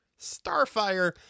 Starfire